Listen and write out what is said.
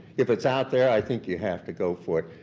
if it's out there, i think you have to go for it.